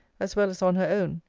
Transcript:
as well as on her own,